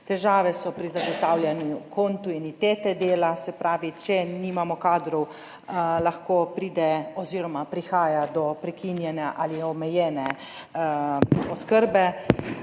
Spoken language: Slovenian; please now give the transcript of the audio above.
težave so pri zagotavljanju kontinuitete dela, se pravi, če nimamo kadrov, lahko pride oziroma prihaja do prekinjene ali omejene oskrbe,